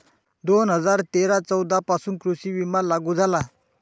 दोन हजार तेरा चौदा पासून कृषी विमा लागू झाला